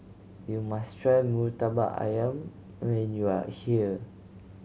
you must try Murtabak Ayam when you are here